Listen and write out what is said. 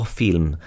film